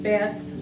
Beth